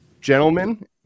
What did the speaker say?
Gentlemen